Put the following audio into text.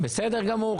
בסדר גמור.